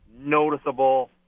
noticeable